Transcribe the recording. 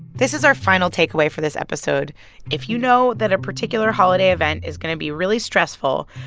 this is our final takeaway for this episode if you know that a particular holiday event is going to be really stressful,